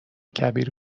کبیر